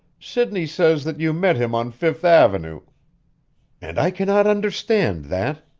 sidney says that you met him on fifth avenue and i cannot understand that,